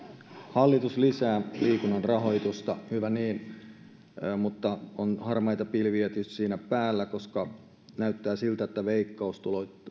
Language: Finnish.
hallitus lisää liikunnan rahoitusta hyvä niin mutta on harmaita pilviä tietysti siinä päällä koska näyttää siltä että veikkaus